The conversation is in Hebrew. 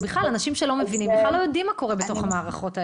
אנשים שלא מבינים בכלל לא יודעים מה 5קורה בתוך המערכות האלה.